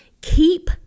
keep